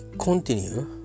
continue